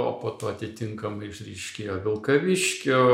o po to atitinkamai išryškėjo vilkaviškio